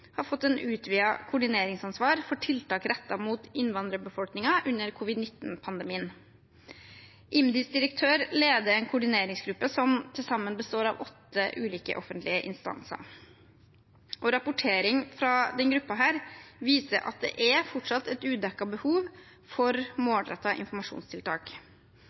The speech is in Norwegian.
har fått et utvidet koordineringsansvar for tiltak rettet mot innvandrerbefolkningen under covid-19-pandemien. IMDis direktør leder en koordineringsgruppe som til sammen består av åtte ulike offentlige instanser. Rapporteringen fra denne gruppen viser at det fortsatt er et udekket behov for målrettet informasjonstiltak.